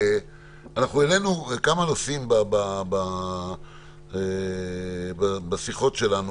העלינו כמה נושאים בשיחות שלנו.